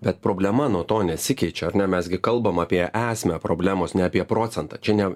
bet problema nuo to nesikeičia ar ne mes gi kalbam apie esmę problemos ne apie procentą čia ne